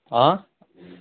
आं